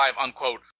unquote